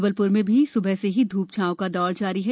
जबलप्र में भी स्बह से ही धूप छांव का दौर जारी है